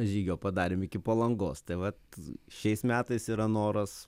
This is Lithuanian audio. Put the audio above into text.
žygio padarėm iki palangos tai vat šiais metais yra noras